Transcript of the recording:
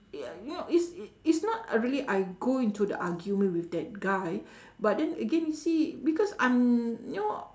y~ you know it's it's not really I go into the argument with that guy but then again you see because I'm you know